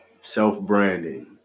self-branding